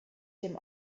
dem